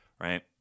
right